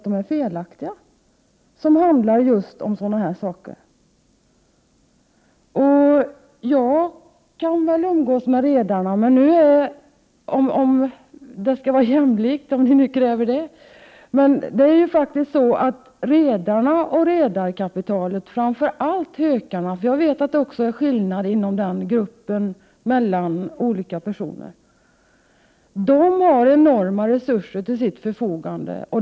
De handlar om just sådana här saker. Om det skall vara jämlikt kan väl jag också umgås med redarna, om ni kräver det. Men det är faktiskt redarna och redarkapitalet — framför allt hökarna, jag vet att det finns olika människor — som har enorma resurser till sitt förfogande.